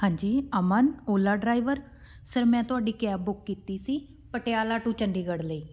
ਹਾਂਜੀ Aman Ola driver sir ਮੈਂ ਤੁਹਾਡੀ ਕੈਬ ਬੁੱਕ ਕੀਤੀ ਸੀ ਪਟਿਆਲਾ ਟੂ ਚੰਡੀਗੜ੍ਹ ਲਈ